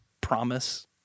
promise